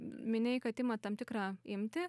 minėjai kad imat tam tikra imtį